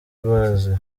ibaze